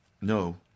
No